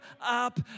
up